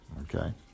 okay